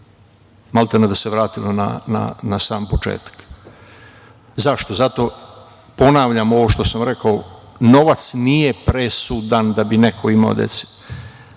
maltene da se vratilo na sam početak. Zašto? Zato ponavljam ovo što sam rekao - novac nije presudan da bi neko imao